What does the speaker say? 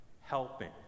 Helping